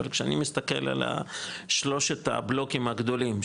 אבל כשאני מסתכל על שלושת הבלוקים הגדולים,